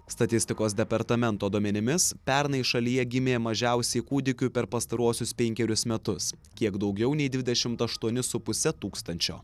statistikos departamento duomenimis pernai šalyje gimė mažiausiai kūdikių per pastaruosius penkerius metus kiek daugiau nei dvidešimt aštuoni su puse tūkstančio